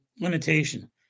limitation